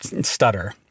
stutter